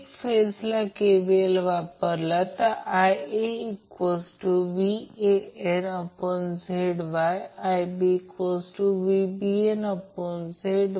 कारण ही लाईन आहे त्याचप्रमाणे ही लाईन आहे म्हणून ही देखील लाईन आहे म्हणजे ते लाइन टू लाईन व्होल्टेज असेल